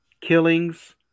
killings